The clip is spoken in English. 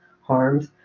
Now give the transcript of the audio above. harms